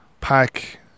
pack